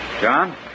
John